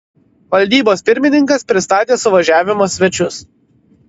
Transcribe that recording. valdybos pirmininkas pristatė suvažiavimo svečius